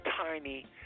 tiny